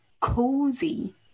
cozy